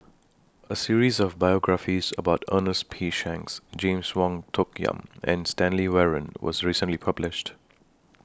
A series of biographies about Ernest P Shanks James Wong Tuck Yim and Stanley Warren was recently published